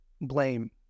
Blame